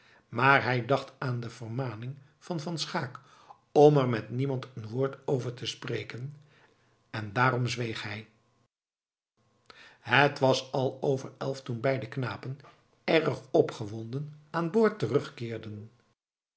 maar hij dacht aan de vermaning van van schaeck om er met niemand een woord over te spreken en daarom zweeg hij het was al over elven toen beide knapen erg opgewonden aanboord terugkeerden